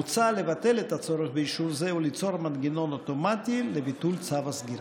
מוצע לבטל את הצורך באישור זה וליצור מנגנון אוטומטי לביטול צו הסגירה.